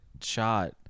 shot